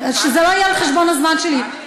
שזה לא יהיה על חשבון הזמן שלי.